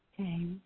Okay